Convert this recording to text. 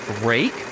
break